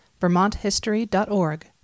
vermonthistory.org